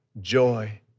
joy